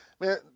Man